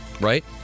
Right